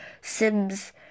sims